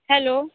hello